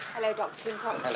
hello dr. simcox.